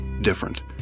different